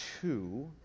two